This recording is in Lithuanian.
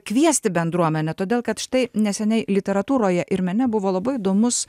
kviesti bendruomenę todėl kad štai neseniai literatūroje ir mene buvo labai įdomus